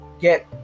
get